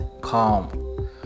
calm